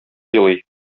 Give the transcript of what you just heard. елый